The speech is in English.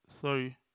sorry